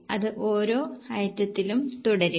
അത് ഓരോ ഐറ്റത്തിനും തുടരുക